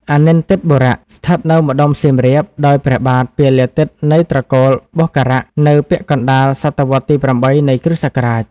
អនីន្ទិត្យបុរៈ ស្ថិតនៅម្តុំសៀមរាប ដោយព្រះបាទ ពាលាទិត្យ នៃត្រកូល បុស្ករាក្ស នៅពាក់កណ្តាលសតវត្សរ៍ទី៨ នៃគ្រិស្តសករាជ ។